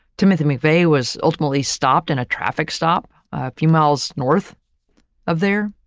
timothy mcveigh was ultimately stopped in a traffic stop few miles north of there,